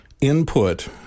input